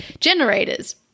generators